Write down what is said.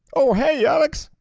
oh, hey, yeah alex.